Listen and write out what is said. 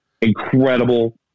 Incredible